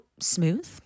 smooth